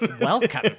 Welcome